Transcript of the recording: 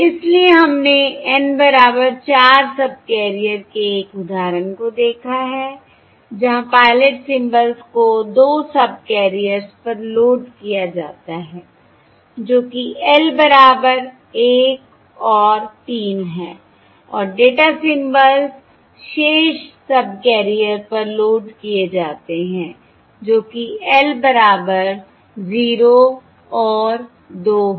इसलिए हमने N बराबर 4 सबकैरियर के एक उदाहरण को देखा है जहां पायलट सिंबल्स को 2 सबकैरियर्स पर लोड किया जाता है जो कि l बराबर 1 और 3 है और डेटा सिंबल्स शेष सबकेरियर पर लोड किए जाते हैं जो कि l बराबर 0 और 2 है